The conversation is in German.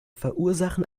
verursachen